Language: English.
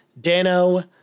Dano